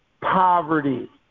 poverty